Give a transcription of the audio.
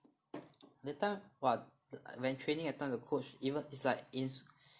that time !wah! when training that time the coach even is like in